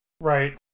Right